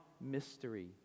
mystery